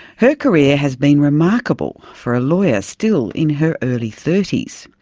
her career has been remarkable for a lawyer still in her early thirty s.